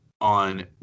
on